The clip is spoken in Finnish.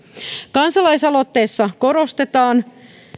kansalaisaloitteessa korostetaan